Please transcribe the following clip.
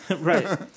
Right